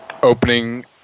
opening